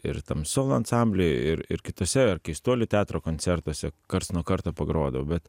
ir tam solo ansamblyje ir ir kituose ar keistuolių teatro koncertuose karts nuo karto pagrodavau bet